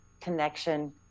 connection